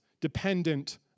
dependent